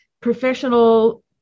professional